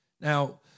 now